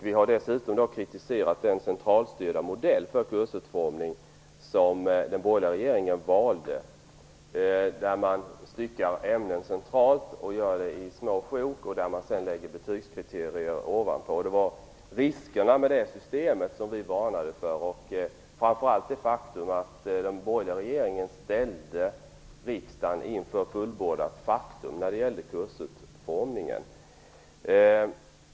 Vi har dessutom kritiserat den centralstyrda modell för kursutformning som den borgerliga regeringen valde; centralt styckar man upp ämnen i små sjok och lägger betygskriterier ovanpå det. Vi varnade för riskerna med det systemet. Den borgerliga regeringen ställde dessutom riksdagen inför fullbordat faktum när det gäller kursutformningen.